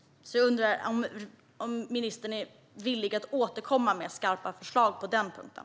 Är ministern villig att återkomma med skarpa förslag på den punkten?